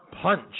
punch